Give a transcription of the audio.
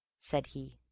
said he.